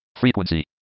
Frequency